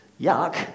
yuck